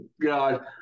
God